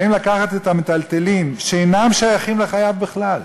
באים לקחת את המיטלטלין שאינם שייכים לחייב בכלל.